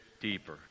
deeper